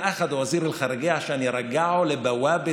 לאחר מכן לקח שר החוץ את השגריר הזה כדי להחזיר אותו לשער מנדלבאום,